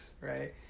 right